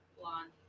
blonde